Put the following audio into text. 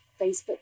Facebook